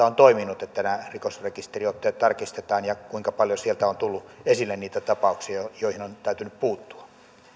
on toiminut tämä lainkohta että nämä rikosrekisteriotteet tarkistetaan ja kuinka paljon sieltä on tullut esille niitä tapauksia joihin on täytynyt puuttua